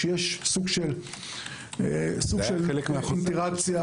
שיהיו חלק מן האינטראקציה.